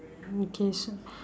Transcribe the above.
okay so